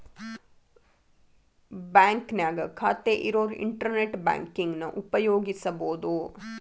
ಬಾಂಕ್ನ್ಯಾಗ ಖಾತೆ ಇರೋರ್ ಇಂಟರ್ನೆಟ್ ಬ್ಯಾಂಕಿಂಗನ ಉಪಯೋಗಿಸಬೋದು